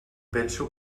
penso